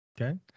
Okay